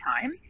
time